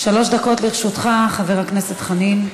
שלוש דקות לרשותך, חבר הכנסת חנין.